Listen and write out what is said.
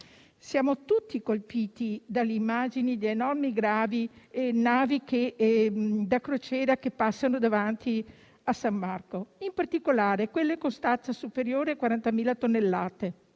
Siamo tutti colpiti dalle immagini di enormi navi da crociera che passano davanti a San Marco, in particolare quelle con stazza superiore a 40.000 tonnellate: